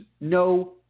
no